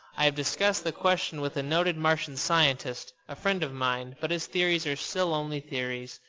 i have discussed the question with a noted martian scientist, a friend of mine but his theories are still only theories.